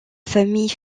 famille